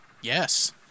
Yes